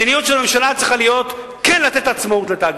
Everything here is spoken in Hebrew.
המדיניות של הממשלה צריכה להיות כן לתת עצמאות לתאגיד.